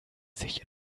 sich